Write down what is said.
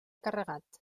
carregat